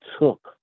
took